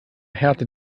härte